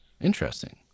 Interesting